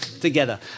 together